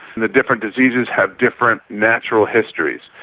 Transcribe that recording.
the different diseases have different natural histories.